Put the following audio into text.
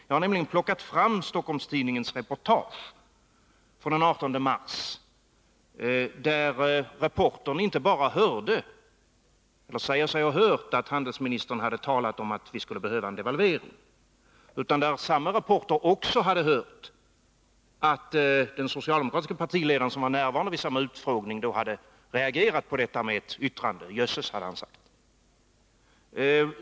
Jag har nämligen plockat fram Stockholms-Tidningens reportage den 18 mars, där reportern inte bara säger sig ha hört att handelsministern hade talat om att vi skulle behöva en devalvering, utan samma reporter också hade hört att den socialdemokratiske partiledaren, som var närvarande vid samma utfrågning, då hade reagerat på detta yttrande. ”Jösses”, hade han sagt.